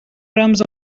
رمز